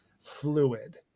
fluid